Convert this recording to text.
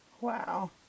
Wow